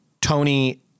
Tony